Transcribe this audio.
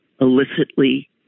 illicitly